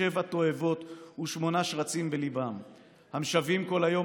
שבע תועבות ושמונה שרצים בליבם,/ המשוועים כל היום,